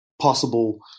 possible